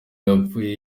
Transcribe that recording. yapfuye